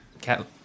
cat